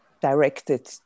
directed